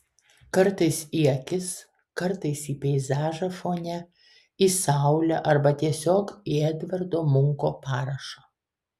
kartais į akis kartais į peizažą fone į saulę arba tiesiog į edvardo munko parašą